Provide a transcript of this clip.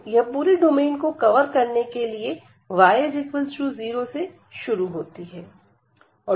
तो यह पूरे डोमेन को कवर करने के लिए y 0 से शुरू होती है